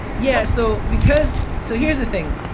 yeah, so because, so here's the thing.